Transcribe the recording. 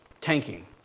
tanking